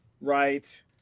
right